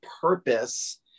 purpose